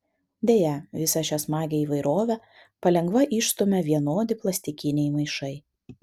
deja visą šią smagią įvairovę palengva išstumia vienodi plastikiniai maišai